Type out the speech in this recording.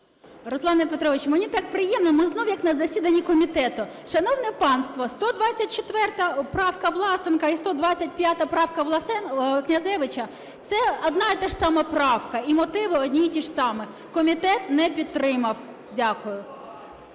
Руслане Петровичу, мені так приємно, ми знову як на засіданні комітету. Шановне панство, 124 правка Власенка і 125 правка Князевича – це одна й та ж сама правка і мотиви одні й ті ж самі. Комітет не підтримав. Дякую.